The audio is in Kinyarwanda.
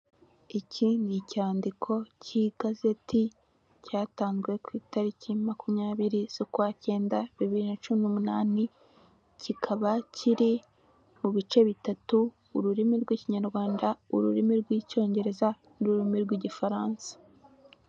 Iki ni icyandiko k'igazeti cyatanzwe ku itariki makumyabiri z'ukwacyenda bibiri na cumi n'umunani kikaba kiri mu bice bitatu ururimi rw'Ikinyarwanda, ururimi rw'Icyongereza n'ururimi rw'Igifaransa.